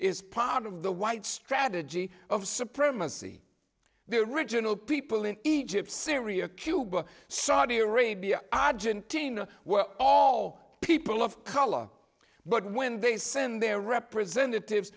part of the white strategy of supremacy the original people in egypt syria cuba saudi arabia argentina were all people of color but when they send their representatives